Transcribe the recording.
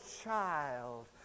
child